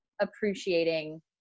appreciating